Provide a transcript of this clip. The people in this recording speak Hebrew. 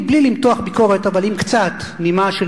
מבלי למתוח ביקורת אבל עם קצת נימה של